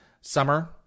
Summer